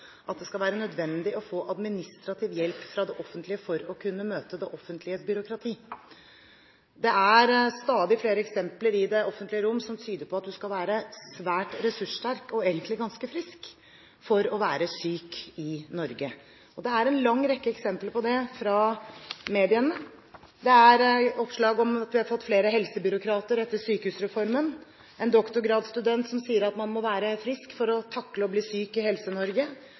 at det skal være nødvendig å få administrativ hjelp fra det offentlige for å kunne møte det offentliges byråkrati. Det er stadig flere eksempler i det offentlige rom som tyder på at du skal være svært ressurssterk og egentlig ganske frisk for å være syk i Norge. Og det er en lang rekke eksempler på det fra mediene. Det er oppslag om at vi har fått flere helsebyråkrater etter sykehusreformen, en doktorgradsstudent som sier at man må være frisk for å takle å bli syk i